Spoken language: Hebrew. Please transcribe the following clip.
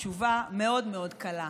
התשובה מאוד מאוד קלה,